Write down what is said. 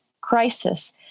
crisis